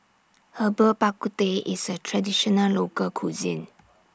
Herbal Bak Ku Teh IS A Traditional Local Cuisine